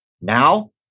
Now